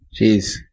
Jeez